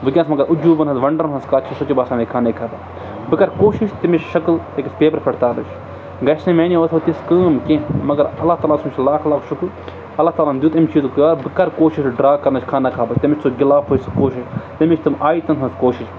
وٕنکیٚس مگر اُجوٗبَن ہٕنٛز وَنٛڈَرَن ہٕنٛز کَتھ چھِ سُہ چھِ باسان مےٚ خانٕے خبر بہٕ کَرٕ کوٗشِش تٔمِس شَکٕل أکِس پیپَر پٮ۪ٹھ تارٕچ گژھِ نہٕ میٛانہِ ووت تِژھ کٲم کینٛہہ مگر اللہ تعالیٰ ہَس منٛز چھُ لَکٕٹ لَک شُکُر اللہ تعالیٰ ہَن دیُت ایٚمۍ چیٖزُک کار بہٕ کَرٕ کوٗشِش ڈرٛا کَرٕنۍ خانہ خبر تٔمِس سُہ گِلافٕے سُہ کوٗشِش تٔمِس چھِ تٕم آیتَن ہٕنٛز کوٗشِش